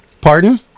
Pardon